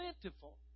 plentiful